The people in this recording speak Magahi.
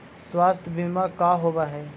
स्वास्थ्य बीमा का होव हइ?